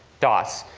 dos.